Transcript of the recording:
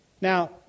Now